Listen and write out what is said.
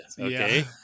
Okay